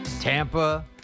Tampa